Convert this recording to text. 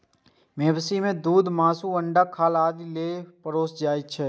मवेशी कें दूध, मासु, अंडा, खाल आदि लेल पोसल जाइ छै